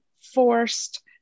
forced